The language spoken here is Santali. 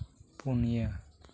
ᱯᱩᱱᱤᱭᱟᱹ